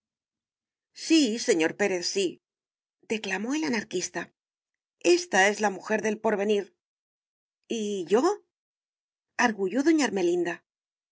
sí señor pérez sídeclamó el anarquista ésta es la mujer del porvenir y yo arguyó doña ermelinda